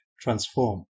transform